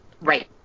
Right